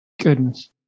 Goodness